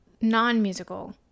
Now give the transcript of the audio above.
non-musical